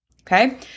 Okay